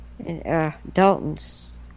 Dalton's